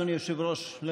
אדוני היושב-ראש,